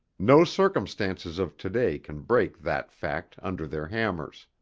no circumstances of to-day can break that fact under their hammers.